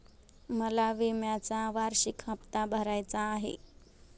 मला विम्याचा वार्षिक हप्ता भरायचा आहे